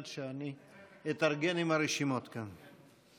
עד שאני אתארגן עם הרשימות כאן.